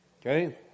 Okay